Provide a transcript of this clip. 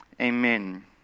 Amen